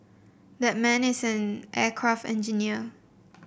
that man is an aircraft engineer